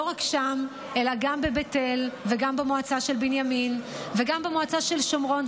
לא רק שם אלא גם בבית אל וגם במועצת בנימין וגם במועצת שומרון,